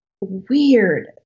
weird